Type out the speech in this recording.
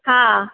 हा